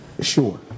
Sure